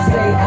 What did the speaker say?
Say